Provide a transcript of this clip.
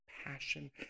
passion